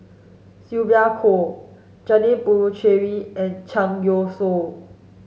Sylvia Kho Janil Puthucheary and Zhang Youshuo